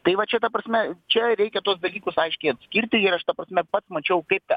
tai va čia ta prasme čia reikia tuos dalykus aiškiai atskirti ir aš ta prasme pats mačiau kaip ten